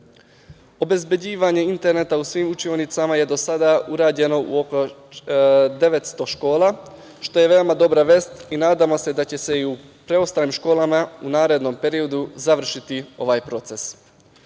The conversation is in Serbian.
prekida. Obezbeđivanje interneta u svim učionicama je do sada urađeno u oko 900 škola, što je veoma dobra vest i nadamo se da će se i u preostalim školama u narednom periodu završiti ovaj proces. Mi